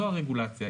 זו הרגולציה,